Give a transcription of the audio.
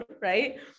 right